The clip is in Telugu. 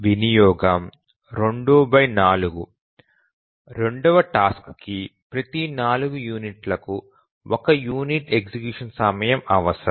వినియోగం 24 రెండవ టాస్క్ కి ప్రతి 8 యూనిట్లకు 1 యూనిట్ ఎగ్జిక్యూషన్ సమయం అవసరం